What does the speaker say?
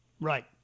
Right